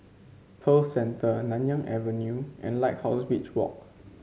Pearl Centre Nanyang Avenue and Lighthouse Beach Walk